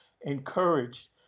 encouraged